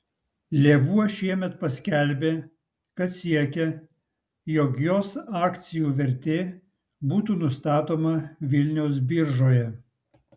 lėvuo šiemet paskelbė kad siekia jog jos akcijų vertė būtų nustatoma vilniaus biržoje